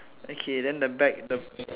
okay then the back the